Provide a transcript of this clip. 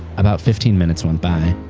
about fifteen minutes went by.